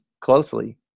closely